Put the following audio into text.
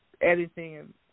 editing